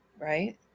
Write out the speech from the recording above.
right